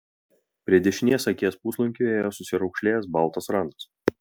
prie dešinės akies puslankiu ėjo susiraukšlėjęs baltas randas